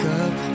up